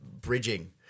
bridging